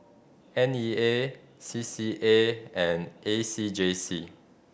N E A C C A and A C J C